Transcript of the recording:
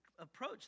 approach